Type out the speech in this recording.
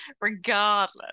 regardless